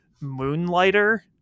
Moonlighter